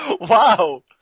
Wow